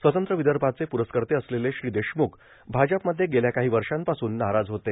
स्वतंत्र विदर्भाचे पुरस्कर्ते असलेले श्री देशमुख भाजपमध्ये गेल्या काही वर्षापासून नाराज होते